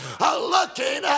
looking